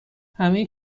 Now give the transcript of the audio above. همه